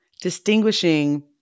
distinguishing